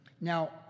now